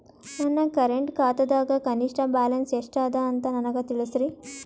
ನನ್ನ ಕರೆಂಟ್ ಖಾತಾದಾಗ ಕನಿಷ್ಠ ಬ್ಯಾಲೆನ್ಸ್ ಎಷ್ಟು ಅದ ಅಂತ ನನಗ ತಿಳಸ್ರಿ